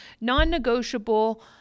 non-negotiable